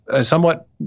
somewhat